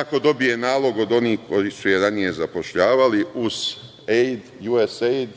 ako dobije nalog od onih koji su je ranije zapošljavali, USAID